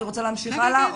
אני רוצה להמשיך הלאה,